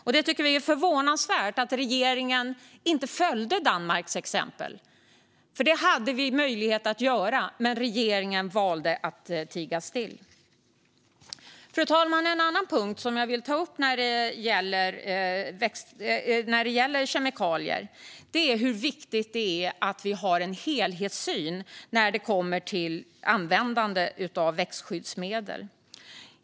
Vi tycker att det är förvånansvärt att regeringen inte följde Danmarks exempel. Det hade vi nämligen möjlighet att göra, men regeringen valde att tiga still. Fru talman! En annan punkt jag vill ta upp när det gäller kemikalier är hur viktigt det är att vi har en helhetssyn i fråga om användande av växtskyddsmedel.